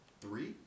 Three